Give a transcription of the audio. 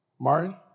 Martin